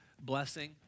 blessing